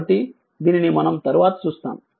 కాబట్టి దీనిని మనం తరువాత చూస్తాము